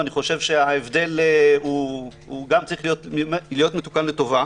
ואני חושב שהוא צריך להיות מתוקן לטובה: